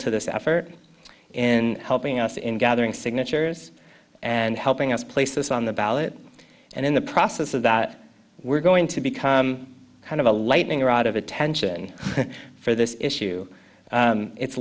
to this effort in helping us in gathering signatures and helping us place this on the ballot and in the process of that we're going to become kind of a lightning rod of attention for this issue it's